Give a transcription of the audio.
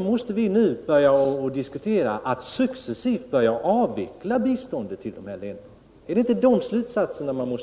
måste vi väl börja diskutera hur vi successivt skall avveckla biståndet till dessa länder. Måste man inte dra de slutsatserna?